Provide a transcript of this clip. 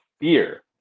fear